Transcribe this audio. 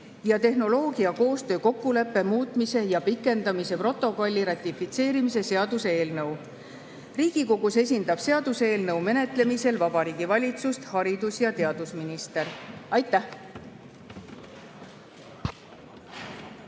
ja tehnoloogiakoostöö kokkuleppe muutmise ja pikendamise protokolli ratifitseerimise seaduse eelnõu. Riigikogus esindab seaduseelnõu menetlemisel Vabariigi Valitsust haridus- ja teadusminister. Aitäh!